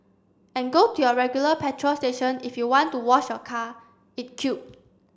and go to your regular petrol station if you want to wash your car it quip